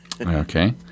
Okay